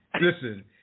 listen